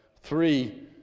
three